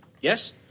yes